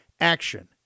Action